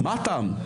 מה הטעם?